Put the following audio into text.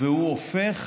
והופך